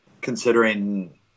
Considering